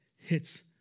hits